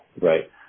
right